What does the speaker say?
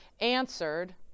answered